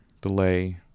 delay